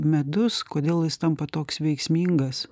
medus kodėl jis tampa toks veiksmingas